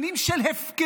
שנים של הפקרות,